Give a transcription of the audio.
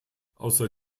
außer